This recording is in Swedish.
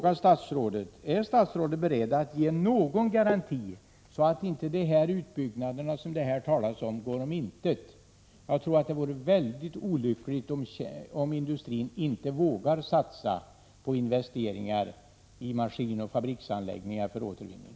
8 maj 1987 Jag vill fråga: Är statsrådet beredd att ge någon garanti, så att inte de utbyggnader som det här talats om går om intet? Jag tror att det vore mycket olyckligt om industrin inte vågade satsa på investeringar i maskinoch fabriksanläggningar för återvinning.